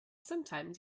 sometimes